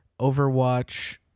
Overwatch